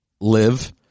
live